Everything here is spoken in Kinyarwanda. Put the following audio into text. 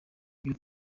ibyo